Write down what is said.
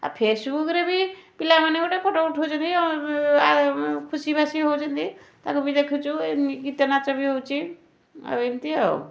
ଆଉ ଫେସବୁକ୍ରେ ବି ପିଲାମାନେ ଗୋଟେ ଫଟୋ ଉଠାଉଛନ୍ତି ଖୁସିବାସି ହେଉଛନ୍ତି ତାକୁ ବି ଦେଖୁଛୁ ଏମିତି ଗୀତନାଚ ବି ହେଉଛି ଆଉ ଏମିତି ଆଉ